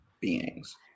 beings